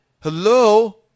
Hello